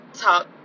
talk